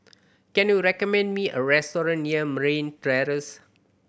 can you recommend me a restaurant near Merryn